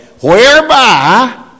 Whereby